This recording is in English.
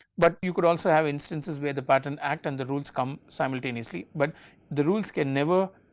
but you could also have instances where the patent act and the rules come simultaneously, but the rules can never